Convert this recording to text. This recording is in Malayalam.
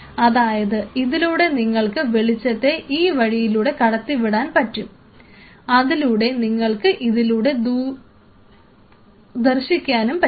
അതായത് ഇതിലൂടെ നിങ്ങൾക്ക് വെളിച്ചത്തെ ഈ വഴിയിലൂടെ കടത്തി വിടാൻ പറ്റും അതിലൂടെ നിങ്ങൾക്ക് ഇതിലൂടെ ദർശിക്കാനും പറ്റും